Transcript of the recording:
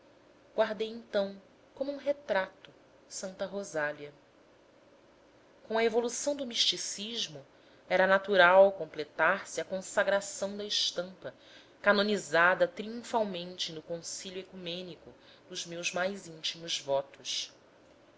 guardei então como um retrato santa rosália com a evolução de misticismo era natural completar se a consagração da estampa canonizada triunfalmente no concilio ecumênico dos meus mais íntimos votos